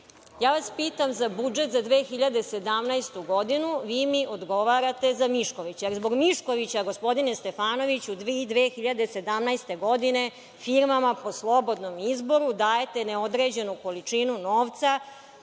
vas za budžet za 2017 godinu, vi mi odgovarate za Miškovića. Da li zbog Miškovića, gospodine Stefanoviću, vi 2017. godine firmama po slobodnom izboru dajete neodređenu količinu novca